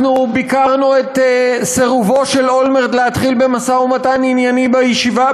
אנחנו ביקרנו את סירובו של אולמרט להתחיל במשא-ומתן ענייני בישיבה,